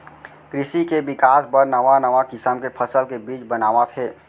कृसि के बिकास बर नवा नवा किसम के फसल के बीज बनावत हें